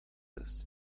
ist